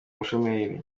umushomeri